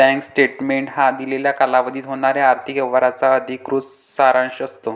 bank statement हा दिलेल्या कालावधीत होणाऱ्या आर्थिक व्यवहारांचा अधिकृत सारांश असतो